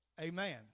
Amen